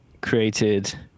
created